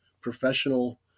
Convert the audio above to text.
professional